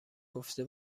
گفته